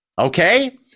Okay